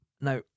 now